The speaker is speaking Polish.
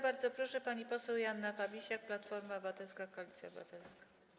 Bardzo proszę, pani poseł Joanna Fabisiak, Platforma Obywatelska - Koalicja Obywatelska.